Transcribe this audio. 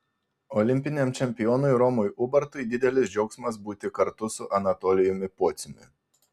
olimpiniam čempionui romui ubartui didelis džiaugsmas būti kartu su anatolijumi pociumi